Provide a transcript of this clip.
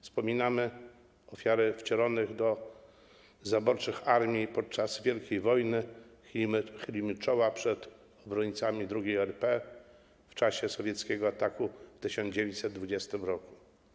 Wspominamy ofiary, wcielonych do zaborczych armii podczas wielkiej wojny, chylimy czoła przed obrońcami II RP w czasie sowieckiego ataku w 1920 r.